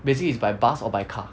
basically is by bus or by car